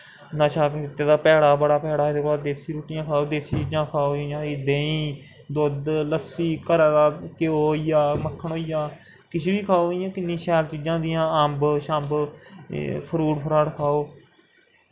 नशा भैड़ा बड़ा भैड़ा एह्दे कोला दा देस्सी रुट्टी खाओ देस्सी चीजां खाओ जि'यां देहीं दुद्ध लस्सी घरै दा घ्यो होइ गेआ मक्खन होई गेआ किश बी खाओ इ'यां किन्नियां चीजां होंदियां अम्ब शम्ब फ्रूट फ्राट खाओ